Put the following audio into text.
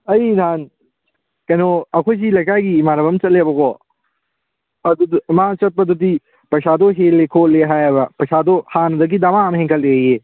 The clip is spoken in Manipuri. ꯑꯩ ꯅꯍꯥꯟ ꯀꯩꯅꯣ ꯑꯩꯈꯣꯏꯁꯤ ꯂꯩꯀꯥꯏꯒꯤ ꯏꯃꯥꯟꯅꯕ ꯑꯝ ꯆꯠꯂꯦꯕꯀꯣ ꯑꯗꯨꯗ ꯃꯥ ꯆꯠꯄꯗꯨꯗꯤ ꯄꯩꯁꯥꯗꯣ ꯍꯦꯜꯂꯤ ꯈꯣꯠꯂꯤ ꯍꯥꯏꯑꯕ ꯄꯩꯁꯥꯗꯣ ꯍꯥꯟꯗꯒꯤ ꯗꯃꯥ ꯑꯃ ꯍꯦꯟꯒꯠꯂꯦꯌꯦ